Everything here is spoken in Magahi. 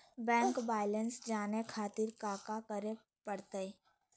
बैंक बैलेंस जाने खातिर काका करे पड़तई?